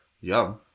Yum